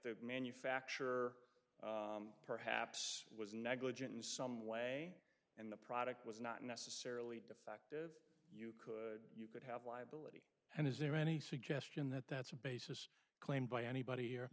the manufacturer perhaps was negligent in some way and the product was not necessarily defective you could have liability and is there any suggestion that that's a basis claim by anybody here